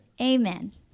amen